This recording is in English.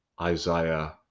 Isaiah